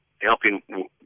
helping